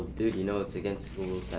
dude, you know it's against school